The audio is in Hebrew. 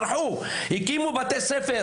הקימו בתי ספר